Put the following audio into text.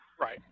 right